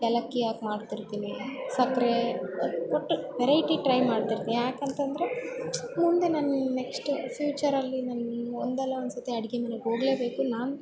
ಏಲಕ್ಕಿ ಹಾಕ್ ಮಾಡ್ತಿರ್ತಿನಿ ಸಕ್ಕರೆ ಒಟ್ಟು ವೆರೈಟಿ ಟ್ರೈ ಮಾಡ್ತಿರ್ತೀನಿ ಯಾಕಂತಂದರೆ ಮುಂದೆ ನಾನು ನೆಕ್ಸ್ಟು ಫ್ಯೂಚರಲ್ಲಿ ನಾನ್ ಒಂದಲ್ಲ ಒಂದು ಸತಿ ಅಡಿಗೆ ಮನೆಗೆ ಹೋಗ್ಲೆಬೇಕು ನಾನು